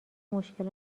مشکل